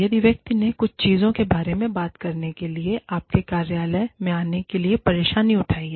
यदि व्यक्ति ने कुछ चीजों के बारे में बात करने के लिए आपके कार्यालय में आने के लिए परेशानी उठाई है